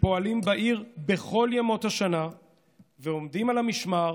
שפועלים בעיר בכל ימות השנה ועומדים על המשמר